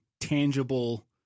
tangible